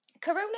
Corona